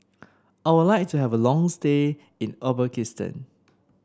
I would like to have a long stay in Uzbekistan